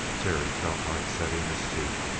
terry felt like setting his teeth.